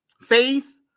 faith